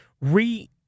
re